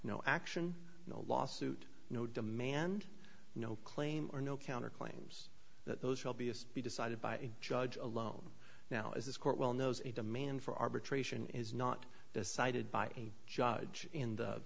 no action no lawsuit no demand no claim or no counter claims that those shall be as be decided by a judge alone now as this court well knows a demand for arbitration is not decided by a judge in the